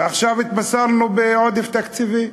ועכשיו התבשרנו על עודף תקציבי.